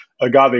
agave